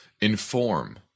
inform